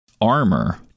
armor